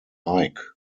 ike